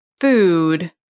food